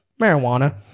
Marijuana